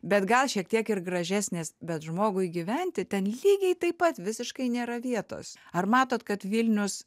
bet gal šiek tiek ir gražesnės bet žmogui gyventi ten lygiai taip pat visiškai nėra vietos ar matot kad vilnius